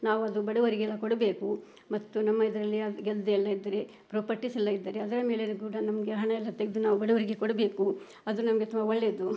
ನಾವು ಅದು ಬಡವರಿಗೆಲ್ಲ ಕೊಡಬೇಕು ಮತ್ತು ನಮ್ಮ ಇದರಲ್ಲಿ ಗೆದ್ದೆ ಎಲ್ಲ ಇದ್ದರೆ ಪ್ರಾಪರ್ಟೀಸೆಲ್ಲ ಇದ್ದರೆ ಅದರ ಮೇಲೆಯೂ ಕೂಡ ನಮಗೆ ಹಣ ಎಲ್ಲ ತೆಗೆದು ನಾವು ಬಡವರಿಗೆ ಕೊಡಬೇಕು ಅದು ನಮಗೆ ತುಂಬ ಒಳ್ಳೇದು